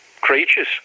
creatures